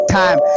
time